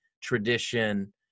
tradition